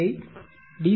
யை டி